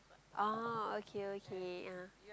oh okay okay ah